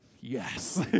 Yes